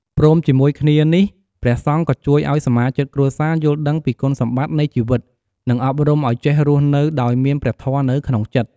ព្រមជាមួយគ្នានេះ ព្រះសង្ឃក៏ជួយឲ្យសមាជិកគ្រួសារ យល់ដឹងពីគុណសម្បត្តិនៃជីវិត និងអប់រំឲ្យចេះរស់នៅដោយមានព្រះធម៌នៅក្នុងចិត្ត